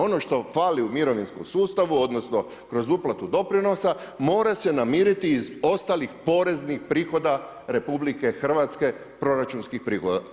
Ono što fali u mirovinskom sustavu odnosno kroz uplatu doprinosa mora se namiriti iz ostalih poreznih prihoda RH proračunskih prihoda.